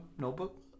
notebook